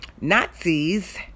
Nazis